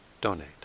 donate